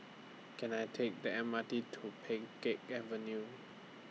Can I Take The M R T to Pheng Geck Avenue